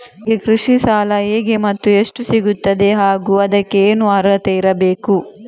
ನನಗೆ ಕೃಷಿ ಸಾಲ ಹೇಗೆ ಮತ್ತು ಎಷ್ಟು ಸಿಗುತ್ತದೆ ಹಾಗೂ ಅದಕ್ಕೆ ಏನು ಅರ್ಹತೆ ಇರಬೇಕು?